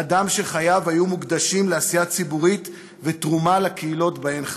אדם שחייו היו מוקדשים לעשייה ציבורית ולתרומה לקהילות שבהן חי.